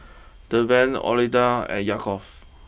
Deven Ottilia and Yaakov